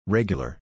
Regular